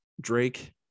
Drake